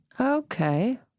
Okay